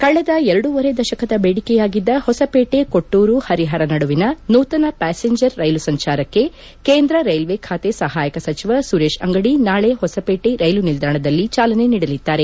ಕಳೆದ ಎರಡೂವರೆ ದಶಕದ ಬೇಡಿಕೆಯಾಗಿದ್ದ ಹೊಸಪೇಟೆ ಕೊಟ್ಟೂರು ಹರಿಹರ ನಡುವಿನ ನೂತನ ಪ್ಯಾಸೆಂಜರ್ ರೈಲು ಸಂಚಾರಕ್ಕೆ ಕೇಂದ್ರ ರೈಲ್ವೆ ಖಾತೆ ಸಹಾಯಕ ಸಚಿವ ಸುರೇಶ್ ಅಂಗಡಿ ನಾಳೆ ಹೊಸಪೇಟೆ ರೈಲು ನಿಲ್ದಾಣದಲ್ಲಿ ಚಾಲನೆ ನೀಡಲಿದ್ದಾರೆ